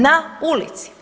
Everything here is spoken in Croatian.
Na ulici.